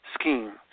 scheme